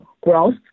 growth